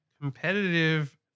Competitive